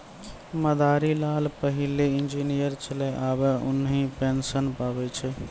मदारी लाल पहिलै इंजीनियर छेलै आबे उन्हीं पेंशन पावै छै